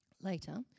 Later